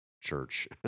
church